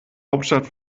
hauptstadt